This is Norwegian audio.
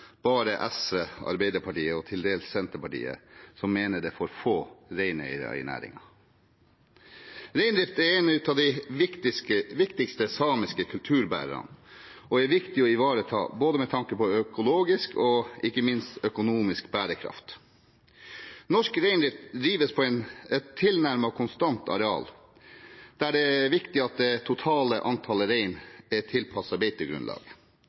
bare SV, Arbeiderpartiet og til dels Senterpartiet som mener det er for få reineiere i næringen. Reindrift er en av de viktigste samiske kulturbærerne og er viktig å ivareta – med tanke på både økologisk og ikke minst økonomisk bærekraft. Norsk reindrift drives på et tilnærmet konstant areal, der det er viktig at det totale antallet rein er tilpasset beitegrunnlaget.